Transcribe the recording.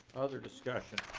other discussion?